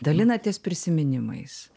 dalinatės prisiminimais